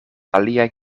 aliaj